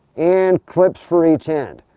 and clips for each end.